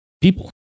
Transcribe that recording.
people